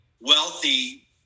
wealthy